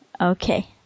Okay